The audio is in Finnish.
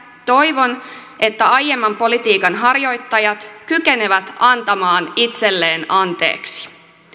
toivon että aiemman politiikan harjoittajat kykenevät antamaan itselleen anteeksi